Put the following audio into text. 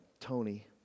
Tony